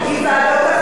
עם ועדות החקירה,